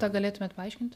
tą galėtumėt paaiškinti